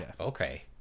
Okay